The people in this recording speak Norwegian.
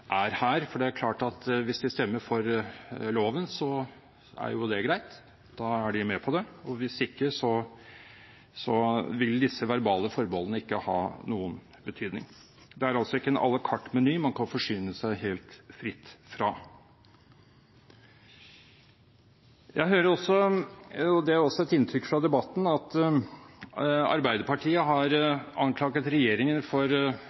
er her, for det er klart at hvis de stemmer for loven, er det greit, da er de med på det, og hvis ikke så vil disse verbale forbeholdene ikke ha noen betydning. Det er altså ikke en à la carte-meny man kan forsyne seg helt fritt fra. Jeg hører også – det er også et inntrykk fra debatten – at Arbeiderpartiet har anklaget regjeringen for